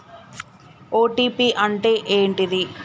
OTP అంటే ఏంటిది?